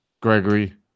Gregory